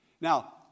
Now